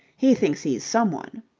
he thinks he's someone.